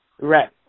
Right